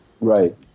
Right